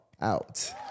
out